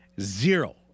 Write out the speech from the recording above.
zero